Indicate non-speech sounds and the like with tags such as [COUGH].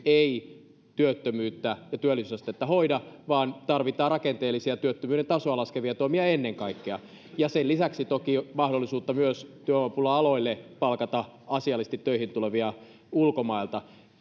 [UNINTELLIGIBLE] ei työttömyyttä ja työllisyysastetta hoida vaan tarvitaan rakenteellisia työttömyyden tasoa laskevia toimia ennen kaikkea ja sen lisäksi toki mahdollisuutta myös työvoimapula aloille palkata asiallisesti töihin tulevia ulkomailta